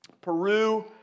Peru